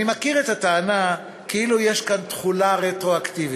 אני מכיר את הטענה כאילו יש כאן תחולה רטרואקטיבית,